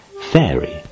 Fairy